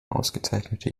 ausgezeichnete